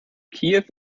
kiew